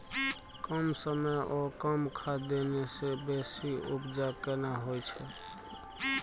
कम समय ओ कम खाद देने से बेसी उपजा केना होय छै?